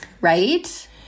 Right